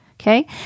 okay